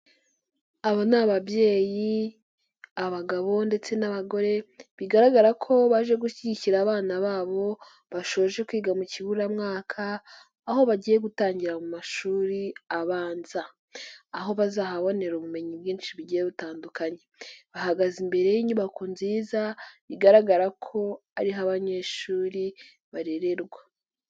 Aba ni ababyeyi abagabo ndetse n'abagore, bigaragara ko baje gushyigikira abana babo bashoje kwiga mu kiburamwaka, aho bagiye gutangira mu mashuri abanza. Aho bazahabonera ubumenyi bwinshi bugiye butandukanye. Bahagaze imbere y'inyubako nziza bigaragara ko ariho abanyeshuri barererwa.